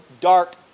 dark